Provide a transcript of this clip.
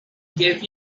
gave